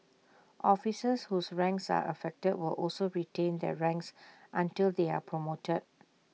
officers whose ranks are affected will also retain their ranks until they are promoted